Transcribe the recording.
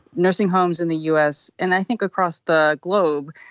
nursing homes in the us, and i think across the globe,